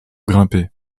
grimper